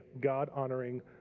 God-honoring